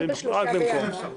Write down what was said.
רק במקום.